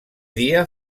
dia